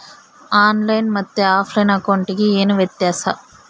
On line ಮತ್ತೆ offline ಅಕೌಂಟಿಗೆ ಏನು ವ್ಯತ್ಯಾಸ?